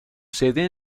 sede